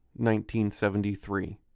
1973